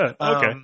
okay